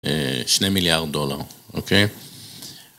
שני מיליארד דולר, אוקיי?